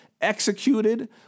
executed